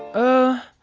oh,